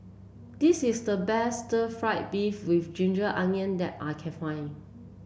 this is the best Stir Fried Beef with Ginger Onions that I can find